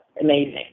amazing